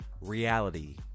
reality